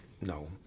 no